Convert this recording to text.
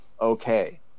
okay